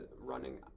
running